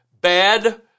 bad